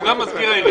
הוא גם מזכיר העירייה.